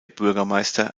bürgermeister